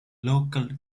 local